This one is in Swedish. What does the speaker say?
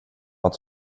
att